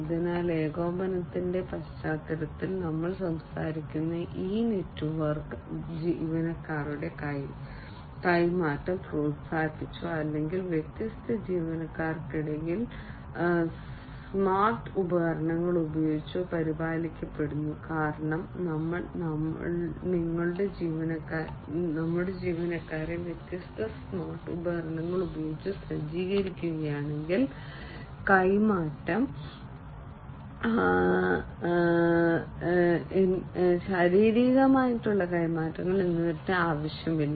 അതിനാൽ ഏകോപനത്തിന്റെ പശ്ചാത്തലത്തിൽ ഞങ്ങൾ സംസാരിക്കുന്ന ഈ നെറ്റ്വർക്ക് ജീവനക്കാരുടെ കൈമാറ്റം പ്രോത്സാഹിപ്പിച്ചോ അല്ലെങ്കിൽ വ്യത്യസ്ത ജീവനക്കാർക്കിടയിൽ സ്മാർട്ട് ഉപകരണങ്ങൾ ഉപയോഗിച്ചോ പരിപാലിക്കപ്പെടുന്നു കാരണം ഞങ്ങൾ നിങ്ങളുടെ ജീവനക്കാരെ വ്യത്യസ്ത സ്മാർട്ട് ഉപകരണങ്ങൾ ഉപയോഗിച്ച് സജ്ജീകരിക്കുകയാണെങ്കിൽ കൈമാറ്റം ശാരീരിക കൈമാറ്റം എന്നിവ ആവശ്യമില്ല